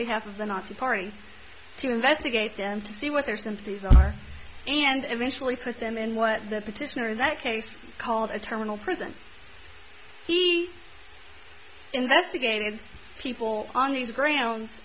behalf of the nazi party to investigate them to see what their sympathies are and eventually put them in what the petitioner that case called a terminal prison he investigated people on these grounds